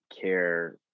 care